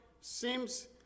seems